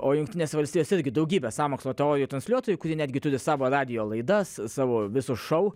o jungtinės valstijos irgi daugybė sąmokslo teorijų transliuotojų kurie netgi turi savo radijo laidas savo visus šou